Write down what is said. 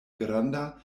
granda